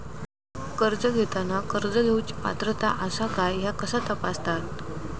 कर्ज घेताना कर्ज घेवची पात्रता आसा काय ह्या कसा तपासतात?